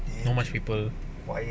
not much people